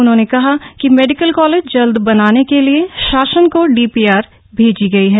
उन्होंने कहा कि मेडिकल कॉलेज जल्द बनाने के लिए शासन को डीपीआर भेजी गई है